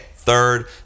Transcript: Third